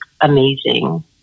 amazing